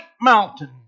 mountain